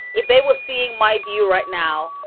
if they will, seeing my view right now,